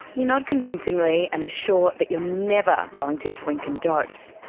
you nod convincingly and assure that you are never going to drink and dose.